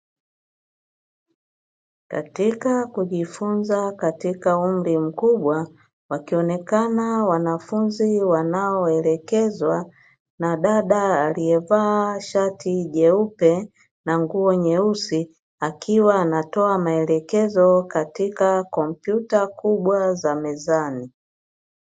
Katika kujifunza katika umri mkubwa, wakionekana wanafunzi wanaoelekezwa, na dada aliyevaa shati jeupe na nguo nyeusi, akiwa anatoa maelekezo katika kompyuta kubwa za mezani.